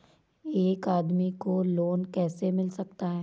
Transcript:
एक आदमी को लोन कैसे मिल सकता है?